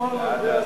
1